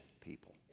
people